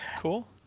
cool